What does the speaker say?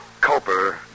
Culper